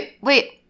wait